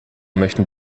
möchten